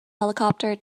helicopter